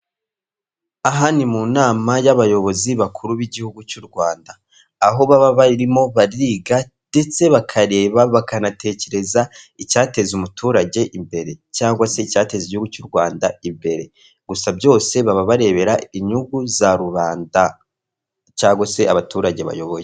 Aha ni mu nama y'abayobozi bakuru b'igihugu cy'u Rwanda aho baba barimo bariga ndetse bakareba, bakanatekereza icyateza umuturage imbere cyangwa se icyateza igihugu cy'u Rwanda imbere, gusa byose baba barebera inyungu za rubanda cyangwa se abaturage bayoboye.